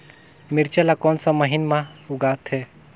मिरचा ला कोन सा महीन मां उगथे?